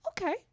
okay